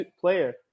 player